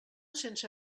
sense